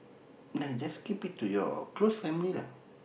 ya just keep it to your close family lah